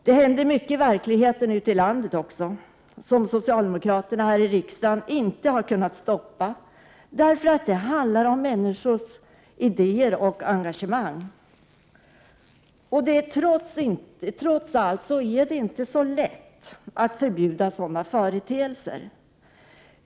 Det händer mycket i verkligheten också ute i landet, som socialdemokraterna här i riksdagen inte har kunnat stoppa — därför att det handlar om människors idéer och engagemang. Det är trots allt inte så lätt att förbjuda sådana företeelser.